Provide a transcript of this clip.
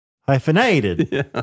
hyphenated